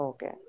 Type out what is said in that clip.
Okay